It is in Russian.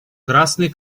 красный